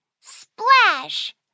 Splash